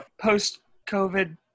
post-COVID